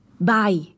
Bye